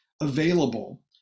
available